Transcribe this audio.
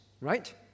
right